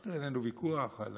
יש בינינו ויכוח על